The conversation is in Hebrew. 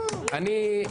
הצבעה בעד, 4 נגד,